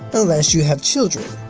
but unless you have children.